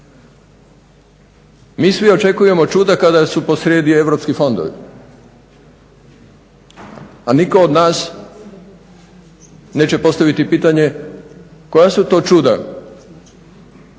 Mi svi očekujemo čuda kada su posrijedi europski fondovi, a nitko od nas neće postaviti pitanje koja su to čuda